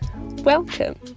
welcome